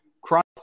Christ